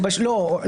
לא.